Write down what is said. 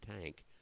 tank